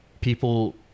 people